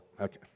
Okay